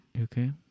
Okay